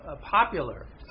popular